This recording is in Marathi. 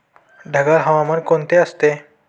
ढगाळ हवामान कोणते असते?